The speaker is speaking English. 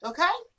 Okay